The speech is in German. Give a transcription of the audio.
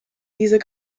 dieser